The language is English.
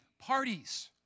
parties